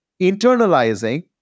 internalizing